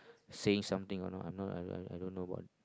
saying something or not I am not I I I don't know about it